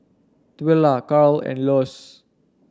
Twila Karl and Elois